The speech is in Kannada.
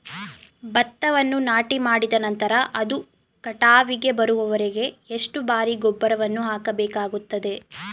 ಭತ್ತವನ್ನು ನಾಟಿಮಾಡಿದ ನಂತರ ಅದು ಕಟಾವಿಗೆ ಬರುವವರೆಗೆ ಎಷ್ಟು ಬಾರಿ ಗೊಬ್ಬರವನ್ನು ಹಾಕಬೇಕಾಗುತ್ತದೆ?